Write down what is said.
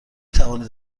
توانید